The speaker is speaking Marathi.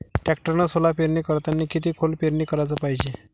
टॅक्टरनं सोला पेरनी करतांनी किती खोल पेरनी कराच पायजे?